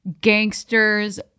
gangsters